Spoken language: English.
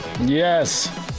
yes